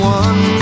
one